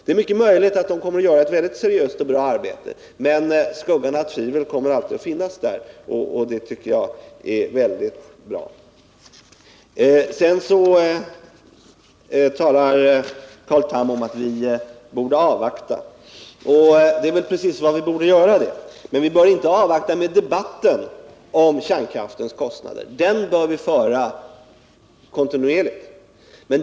Det är mycket möjligt att det här konsultföretaget kommer att göra ett seriöst och bra arbete, men skuggan av tvivel kommer alltid att finnas där, och det tycker jag är mycket beklagligt. Sedan talar Carl Tham om att vi borde avvakta. Ja, det är väl precis vad vi borde göra. Men vi bör inte avvakta med debatten om kärnkraftens kostnader — den bör vi föra kontinuerligt.